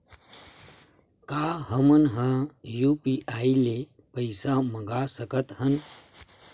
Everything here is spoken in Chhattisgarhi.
का हमन ह यू.पी.आई ले पईसा मंगा सकत हन?